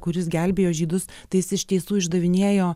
kuris gelbėjo žydus tai jis iš tiesų išdavinėjo